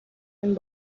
минь